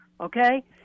okay